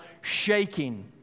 shaking